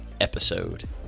episode